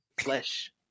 flesh